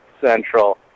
Central